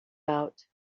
out